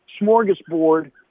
smorgasbord